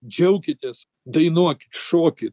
džiaukitės dainuokit šokit